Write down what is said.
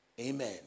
Amen